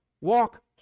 Walk